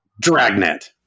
Dragnet